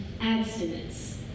abstinence